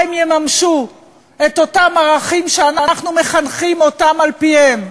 הם יממשו את אותם ערכים שאנחנו מחנכים אותם על-פיהם,